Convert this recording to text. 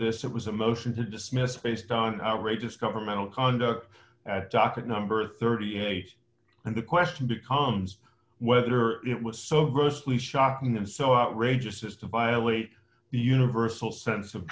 this it was a motion to dismiss based on outrageous governmental conduct at docket number thirty eight and the question becomes whether it was so grossly shocking and so outrageous as to violate the universal sense of